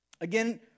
Again